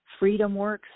freedomworks